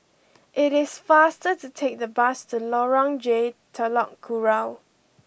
it is faster to take the bus to Lorong J Telok Kurau